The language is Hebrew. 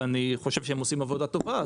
ואני חושב שהם עושים עבודה טובה,